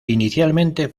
inicialmente